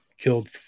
killed